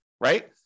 right